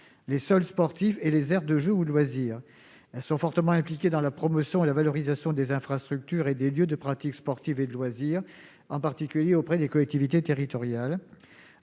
les sols sportifs et les aires de jeux ou de loisirs. Ces entreprises sont fortement impliquées dans la promotion et la valorisation des infrastructures et des lieux de pratiques sportives et de loisirs, en particulier auprès des collectivités territoriales.